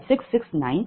669373